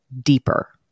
deeper